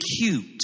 cute